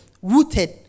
rooted